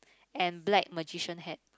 and black magician hat